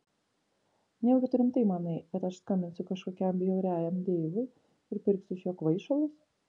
nejaugi tu rimtai manai kad aš skambinsiu kažkokiam bjauriajam deivui ir pirksiu iš jo kvaišalus